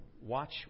watch